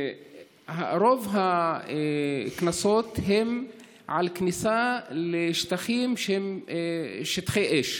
רוב הקנסות הם על כניסה לשטחים שהם שטחי אש,